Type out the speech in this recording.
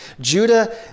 Judah